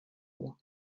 war